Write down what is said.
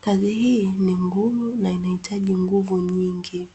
Kazi hii ni ngumu na inahitaji nguvu nyingi.